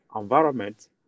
environment